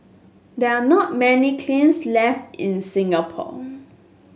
there are not many kilns left in Singapore